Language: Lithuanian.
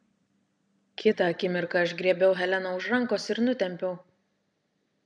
kitą akimirką aš griebiau heleną už rankos ir nutempiau